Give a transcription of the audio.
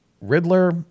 Riddler